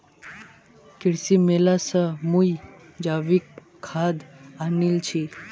कृषि मेला स मुई जैविक खाद आनील छि